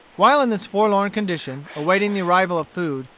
while in this forlorn condition, awaiting the arrival of food,